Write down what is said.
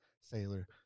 sailor